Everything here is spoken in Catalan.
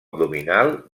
abdominal